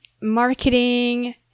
marketing